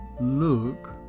look